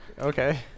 Okay